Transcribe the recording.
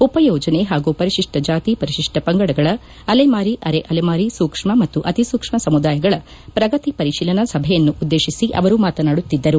ಉಪಯೋಜನೆ ಹಾಗೂ ಪರಿಶಿಷ್ಟ ಜಾತಿ ಪರಿಶಿಷ್ಟ ಪಂಗಡಗಳ ಅಲೆಮಾರಿ ಅರೆ ಅಲೆಮಾರಿ ಸೂಕ್ಷ್ಮ ಮತ್ತು ಅತಿ ಸೂಕ್ಷ್ಮ ಸಮುದಾಯಗಳ ಪ್ರಗತಿ ಪರಿಶೀಲನಾ ಸಭೆಯನ್ನುದ್ದೇತಿಸಿ ಅವರು ಮಾತನಾಡುತ್ತಿದ್ದರು